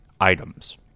items